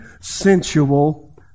sensual